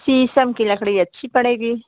शीशम की लकड़ी अच्छी पड़ेगी